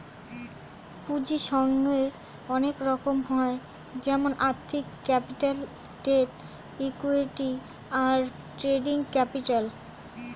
পুঁজির সংগ্রহের অনেক রকম হয় যেমন আর্থিক ক্যাপিটাল, ডেট, ইক্যুইটি, আর ট্রেডিং ক্যাপিটাল